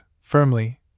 firmly